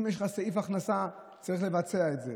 אם יש לך סעיף הכנסה, צריך לבצע את זה.